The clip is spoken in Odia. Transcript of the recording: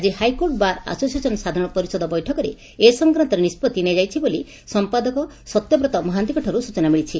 ଆକି ହାଇକୋର୍ଟ ବାର୍ ଆସୋସିଏସନ୍ ସାଧାରଣ ପରିଷଦ ବୈଠକରେ ଏ ସଂକ୍ରାନ୍ଡରେ ନିଷ୍ବଭି ନିଆଯାଇଛି ବୋଲି ସଂପାଦକ ସତ୍ୟବ୍ରତ ମହାନ୍ତିଙ୍କଠାରୁ ସ୍ଟଚନା ମିଳିଛି